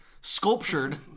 sculptured